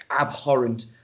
abhorrent